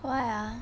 why ah